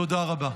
תודה רבה.